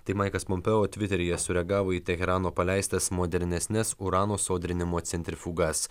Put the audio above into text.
tai maikas pompeo tviteryje sureagavo į teherano paleistas modernesnes urano sodrinimo centrifugas